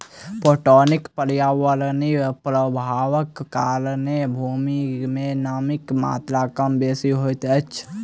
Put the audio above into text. पटौनीक पर्यावरणीय प्रभावक कारणेँ भूमि मे नमीक मात्रा कम बेसी होइत अछि